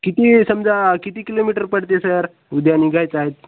किती समजा किती किलोमीटर पडते सर उद्या निघायचं आहेत